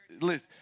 listen